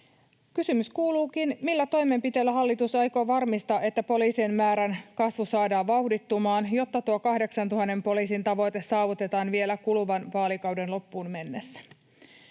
Kysymys kuuluukin, millä toimenpiteillä hallitus aikoo varmistaa, että poliisien määrän kasvu saadaan vauhdittumaan, jotta tuo 8 000 poliisin tavoite saavutetaan vielä kuluvan vaalikauden loppuun mennessä.